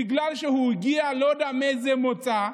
בגלל שהוא הגיע לא יודע מאיזה מוצא,